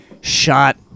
shot